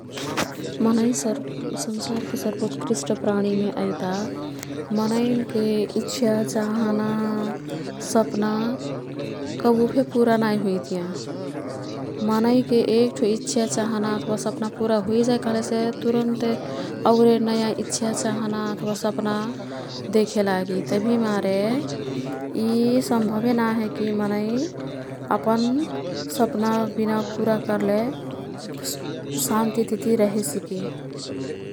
मनै संसारके सर्वोत्कृष्ट प्राणीमे अइता। मनैन् के इच्छा, चाहना, सपना कबुफे पुरा नाई हुइतियाँ। मनैके एक्ठो इच्छा ,चाहना अथवा सपना पुरा हुइजाई कह्लेसे तुरुन्ते औरे नयाँ इच्छा, चाहना अथवा सपना देखे लागी। तभिमारे यी संम्भबे नाहे की मनै अपन सपना बिना पुरा कर्ले शान्तितिती रेहे सिकी।